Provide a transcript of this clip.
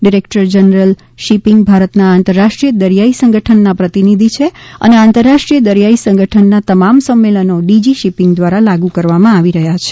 director general shipping ભારતના આંતરરાષ્ટ્રીય દરિયાઈ સંગઠનના પ્રતિનિધિ છે અને આંતરરાષ્ટ્રીય દરિયાઈ સંગઠનના તમામ સંમેલનો ડીજી શીપીંગ દ્વારા લાગુ કરવામાં આવી રહ્યા છે